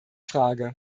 frage